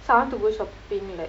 so I want to go shopping like